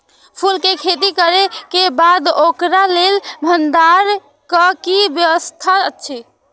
फूल के खेती करे के बाद ओकरा लेल भण्डार क कि व्यवस्था अछि?